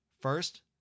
First